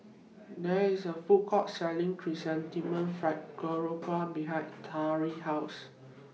There IS A Food Court Selling Chrysanthemum Fried Grouper behind Tariq's House